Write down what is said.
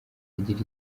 agire